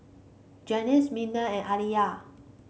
Gaines Mignon and Aliyah